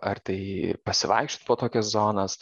ar tai pasivaikščiot po tokias zonas